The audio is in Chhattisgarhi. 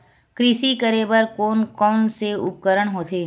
कृषि करेबर कोन कौन से उपकरण होथे?